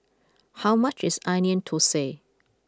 how much is Onion Thosai